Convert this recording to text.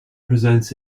presents